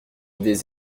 des